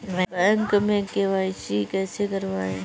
Bank में KYC कैसे करायें?